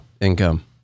income